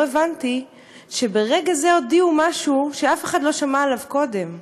לא הבנתי שברגע זה הודיעו על משהו שאף אחד לא שמע עליו קודם,